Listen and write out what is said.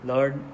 Lord